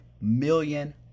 million